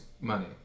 money